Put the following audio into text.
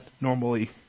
normally